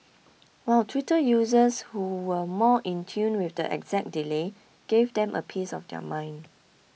while Twitter users who were more in tune with the exact delay gave them a piece of their mind